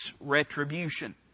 retribution